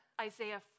Isaiah